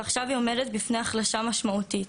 ועכשיו היא עומדת בפני החלשה משמעותית.